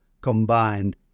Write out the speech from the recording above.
combined